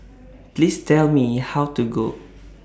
Please Tell Me How to Go